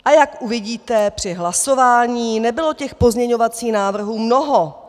A jak uvidíte při hlasování, nebylo těch pozměňovacích návrhů mnoho.